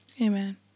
amen